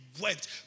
wept